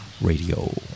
Radio